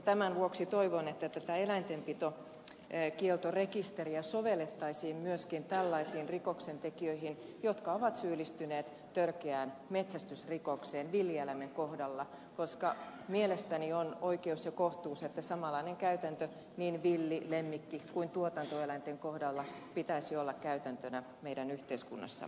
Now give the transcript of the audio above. tämän vuoksi toivon että tätä eläintenpitokieltorekisteriä sovellettaisiin myöskin tällaisiin rikoksentekijöihin jotka ovat syyllistyneet törkeään metsästysrikokseen villieläimen kohdalla koska mielestäni on oikeus ja kohtuus että samanlainen käytäntö niin villi lemmikki kuin tuotantoeläinten kohdalla pitäisi olla käytäntönä meidän yhteiskunnassamme